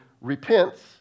repents